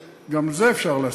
גם עם זה אפשר להסכים.